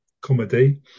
comedy